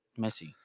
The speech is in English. Messi